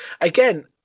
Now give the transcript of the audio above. again